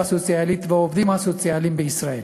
הסוציאלית והעובדים הסוציאליים בישראל.